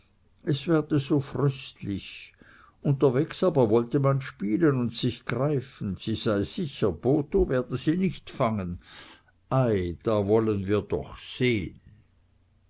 es werde so fröstlich unterwegs aber wollte man spielen und sich greifen sie sei sicher botho werde sie nicht fangen ei da wollen wir doch sehn